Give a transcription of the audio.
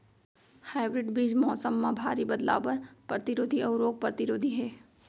hybrid बीज मौसम मा भारी बदलाव बर परतिरोधी अऊ रोग परतिरोधी हे